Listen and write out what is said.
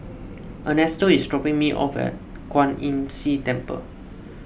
Ernesto is dropping me off at Kwan Imm See Temple